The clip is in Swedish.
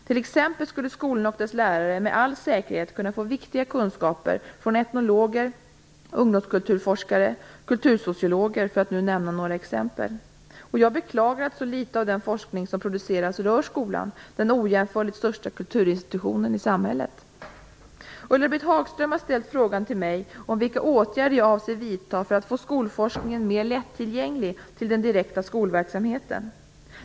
T.ex. skulle skolan och dess lärare med all säkerhet kunna få viktiga kunskaper från etnologer, ungdomskulturforskare och kultursociologer, för att nämna några exempel. Jag beklagar att så litet av den forskning som produceras rör skolan, den ojämförligt största kulturinstitutionen i samhället. Ulla-Britt Hagström har till mig ställt frågan om vilka åtgärder jag avser vidta för att få skolforskningen mer lättillgänglig till den direkta skolverksamheten.